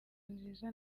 nziza